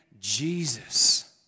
Jesus